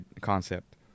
concept